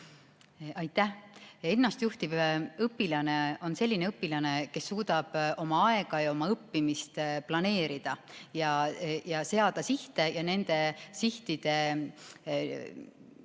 Aitäh! Ennastjuhtiv õpilane on selline õpilane, kes suudab oma aega ja õppimist planeerida, seada sihte ja nende sihtide